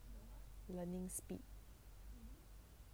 learning speed